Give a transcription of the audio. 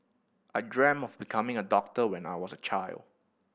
I dreamt of becoming a doctor when I was a child